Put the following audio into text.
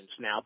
now